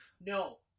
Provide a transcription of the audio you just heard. No